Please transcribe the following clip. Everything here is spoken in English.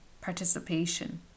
participation